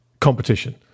Competition